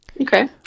Okay